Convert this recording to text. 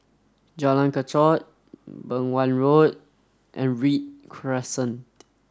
Jalan Kechot Beng Wan Road and Read Crescent